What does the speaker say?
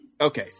Okay